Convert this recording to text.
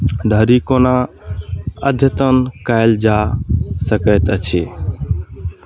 धरि कोना अद्यतन कयल जा सकैत अछि